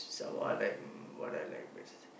some more I like what I like best